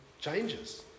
changes